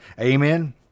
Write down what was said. Amen